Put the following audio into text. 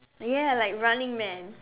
ya like Running Man